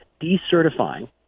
decertifying